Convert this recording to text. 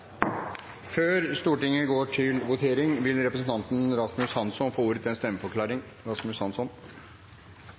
Før Stortinget går til votering, vil representanten Rasmus Hansson få ordet til en stemmeforklaring.